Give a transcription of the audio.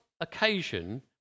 occasion